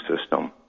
system